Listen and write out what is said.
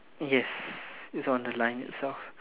yes it's on the line itself